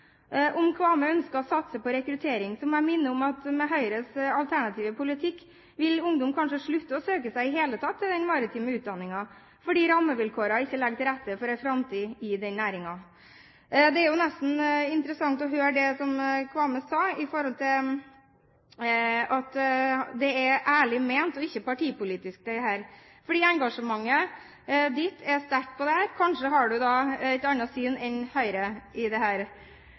Om Kambe ønsker å satse på rekruttering, må jeg minne om at med Høyres alternative politikk vil ungdom kanskje slutte å søke seg i det hele tatt til den maritime utdanningen, fordi rammevilkårene ikke legger til rette for en framtid i den næringen. Det er jo nesten interessant å høre det som Kambe sa, at det er «ærlig ment og ikke partipolitisk». For engasjementet er sterkt her, og kanskje har representanten et annet syn enn Høyre